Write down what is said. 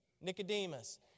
Nicodemus